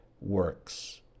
works